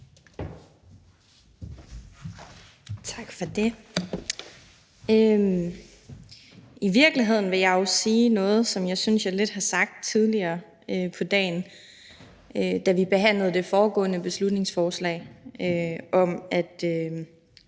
Tak for det. I virkeligheden vil jeg sige noget, som jeg synes jeg har sagt tidligere på dagen, da vi behandlede det foregående beslutningsforslag om, at